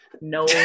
no